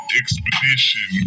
expedition